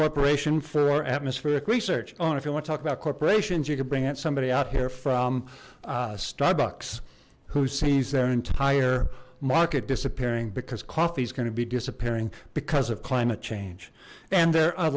corporation for atmospheric research own if you want to talk about corporations you can bring in somebody out here from starbucks who sees their entire market disappearing because coffee is going to be disappearing because of climate change and there a